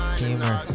humor